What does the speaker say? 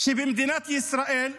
שבמדינת ישראל,